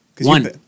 One